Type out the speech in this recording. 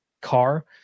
car